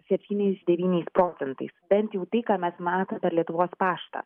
septyniais devyniais procentais bent jau tai ką mes matom per lietuvos paštą